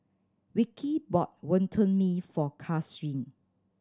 Vicki bought Wonton Mee for Karsyn